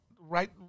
right